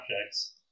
objects